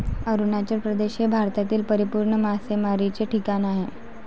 अरुणाचल प्रदेश हे भारतातील परिपूर्ण मासेमारीचे ठिकाण आहे